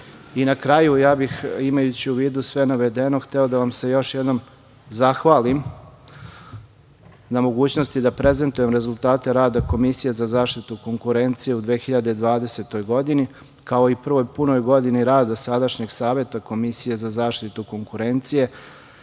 kraju, ja bih, imajući u vidu sve navedeno, hteo da vam se još jednom zahvalim na mogućnosti da prezentujem rezultate rada Komisije za zaštitu konkurencije u 2020. godini, kao i prvoj punoj godini rada sadašnjeg Saveta Komisije za zaštitu konkurencije